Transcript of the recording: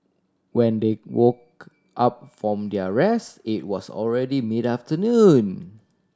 when they woke up from their rest it was already mid afternoon